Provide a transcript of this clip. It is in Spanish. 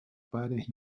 pares